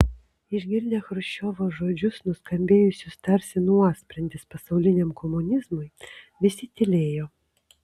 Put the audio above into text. išgirdę chruščiovo žodžius nuskambėjusius tarsi nuosprendis pasauliniam komunizmui visi tylėjo